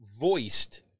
voiced